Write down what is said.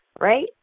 right